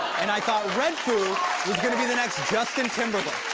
and i thought redfoo was going to be the next justin timberlake.